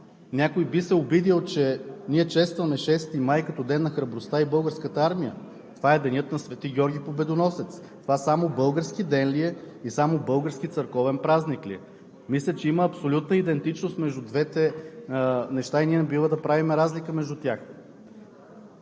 някой би се обидил, че ние честваме 6 май като Ден на храбростта и Българската армия. Това е денят на Свети Георги Победоносец. Това само български ден ли е и само български църковен празник ли е? Мисля, че има абсолютна идентичност между двете неща и не бива да правим разлика между тях.